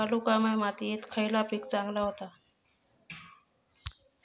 वालुकामय मातयेत खयला पीक चांगला होता?